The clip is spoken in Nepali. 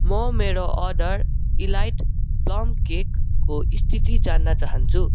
म मेरो अर्डर इलाइट प्लम केकको स्थिति जान्न चाहन्छु